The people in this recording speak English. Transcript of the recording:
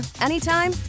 anytime